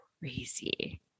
crazy